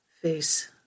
face